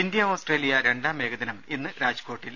India Australia രണ്ടാം ഏകദിനം ഇന്ന് രാജ്കോട്ടിൽ